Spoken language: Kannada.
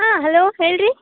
ಹಾಂ ಹಲೋ ಹೇಳ್ರಿ